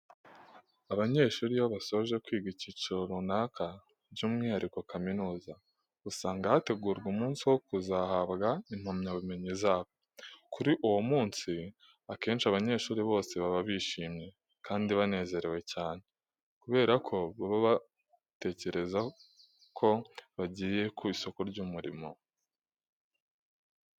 Abanyeshuri iyo basoje kwiga icyiciro runaka by'umwihariko muri kaminuza, usanga hategurwa umunsi wo kuzahabwa impamyabumenyi zabo. Kuri uwo munsi akenshi abanyeshuri bose baba bishimye kandi banezerewe cyane kubera ko baba batekereza ko bagiye ku isoko ry'umurimo.